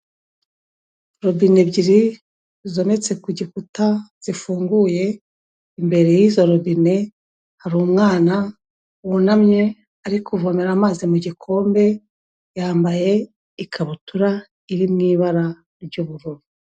Robine ebyiri zometse ku gikuta zifunguye, imbere y'izo robine hari umwana wunamye ari kuvomera amazi mu gikombe, yambaye ikabutura iri mu ibara ry'ubururu.